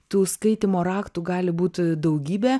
tų skaitymo raktų gali būt daugybė